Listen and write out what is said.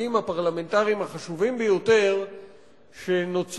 ההישגים הפרלמנטריים החשובים ביותר שנוצרו,